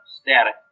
static